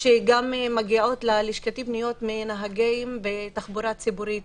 שגם מגיעות ללשכתי פניות מנהגים בתחבורה ציבורית